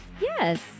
Yes